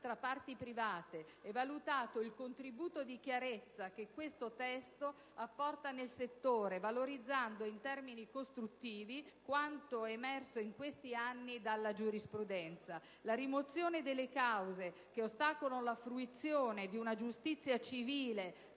tra parti private, e valutato il contributo di chiarezza che questo testo apporta nel settore, valorizzando in termini costruttivi quanto è emerso in questi anni dalla giurisprudenza. La rimozione della cause che ostacolano la fruizione di una giustizia civile